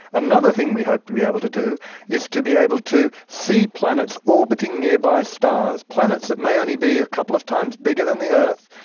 another thing that we hope to be able to do is to be able to see planets orbiting nearby stars planets that may only be a couple of times bigger than the earth,